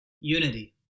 Unity